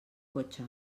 cotxe